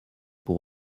pour